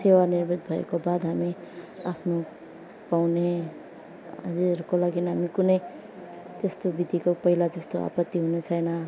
सेवानिवृत भएको बाद हामी आफ्नो पाउने हजुरहरूको लागि हामी कुनै त्यस्तो विधिको पहिला जस्तो आपत्ति हुने छैन